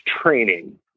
training